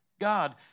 God